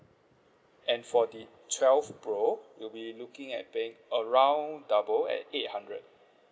and for the twelve pro you'll be looking at paying around double at eight hundred